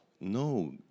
no